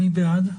מי בעד?